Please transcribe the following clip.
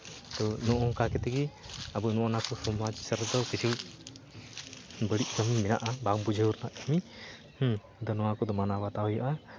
ᱛᱳ ᱱᱚᱝᱠᱟ ᱠᱟᱛᱮᱫ ᱜᱮ ᱟᱵᱚ ᱱᱚᱜᱼᱱᱟ ᱠᱚ ᱥᱚᱢᱟᱡᱽ ᱠᱤᱪᱷᱩ ᱵᱟᱹᱲᱤᱡ ᱠᱟᱹᱢᱤ ᱢᱮᱱᱟᱜᱼᱟ ᱵᱟᱝ ᱵᱩᱡᱷᱟᱹᱣ ᱨᱮᱱᱟᱜ ᱠᱟᱹᱢᱤ ᱦᱮᱸ ᱟᱫᱚ ᱱᱚᱣᱟ ᱠᱚᱫᱚ ᱢᱟᱱᱟᱣ ᱵᱟᱛᱟᱣ ᱦᱩᱭᱩᱜᱼᱟ